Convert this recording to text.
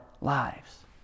lives